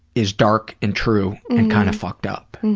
is dark and true and kind of fucked up.